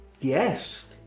Yes